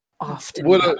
often